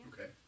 Okay